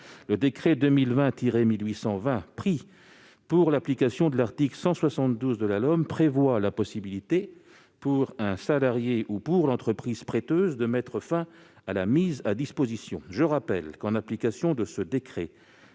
le décret n° 2020-1820, pris pour l'application de l'article 172 de la LOM, prévoit la possibilité pour un salarié ou pour l'entreprise prêteuse de mettre fin à la mise à disposition. Je le rappelle, en application de ce décret,